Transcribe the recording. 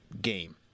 game